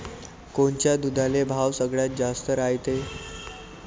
कोनच्या दुधाले भाव सगळ्यात जास्त रायते?